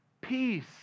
peace